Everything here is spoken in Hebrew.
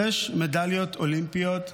שש מדליות אולימפיות,